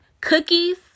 Cookies